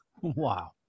Wow